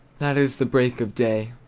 that is the break of day.